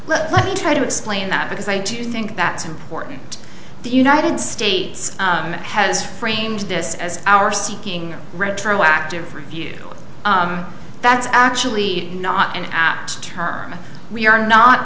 e let me try to explain that because i do think that's important the united states has framed this as our seeking retroactive review that's actually not in our term we are not